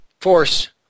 force